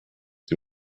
sie